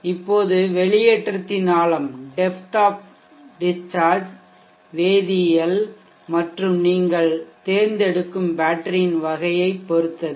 இப்போது வெளியேற்றத்தின் ஆழம் டெப்த் ஆஃப் டிஷ்சார்ஜ் வேதியியல் மற்றும் நீங்கள் தேர்ந்தெடுக்கும் பேட்டரியின் வகையைப் பொறுத்தது